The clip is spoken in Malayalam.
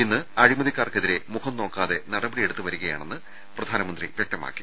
ഇന്ന് അഴിമതിക്കാർക്കെതിരെ മുഖം നോക്കാതെ നടപടിയെടുത്തു വരികയാണെന്ന് പ്രധാനമന്ത്രി വൃക്തമാക്കി